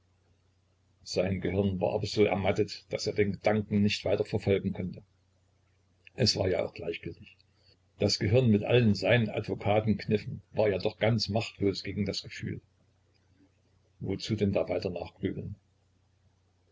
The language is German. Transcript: sein gehirn war aber so ermattet daß er den gedanken nicht weiter verfolgen konnte es war ja auch gleichgültig das gehirn mit allen seinen advokatenkniffen war ja doch ganz machtlos gegen das gefühl wozu denn da weiter nachzugrübeln